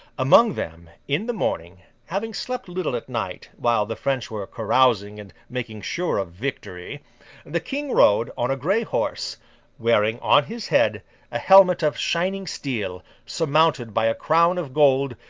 among them, in the morning having slept little at night, while the french were carousing and making sure of victory the king rode, on a grey horse wearing on his head a helmet of shining steel, surmounted by a crown of gold,